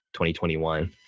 2021